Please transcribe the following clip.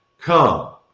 come